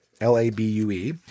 L-A-B-U-E